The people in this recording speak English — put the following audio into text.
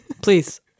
Please